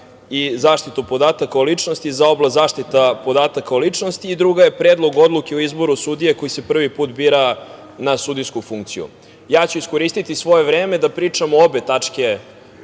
i zaštitu podataka o ličnosti, za oblast zaštita podataka o ličnosti i druga je Predlog odluke o izboru sudije koji se prvi put bira na sudijsku funkciju. Ja ću iskoristiti svoje vreme da pričam o obe tačke